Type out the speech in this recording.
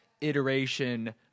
iteration